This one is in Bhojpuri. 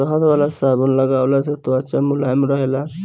शहद वाला साबुन लगवला से त्वचा मुलायम रहेला